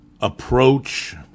approach